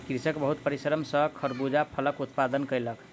कृषक बहुत परिश्रम सॅ खरबूजा फलक उत्पादन कयलक